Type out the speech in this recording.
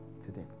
today